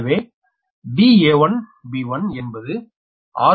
எனவே da1b1 என்பது 6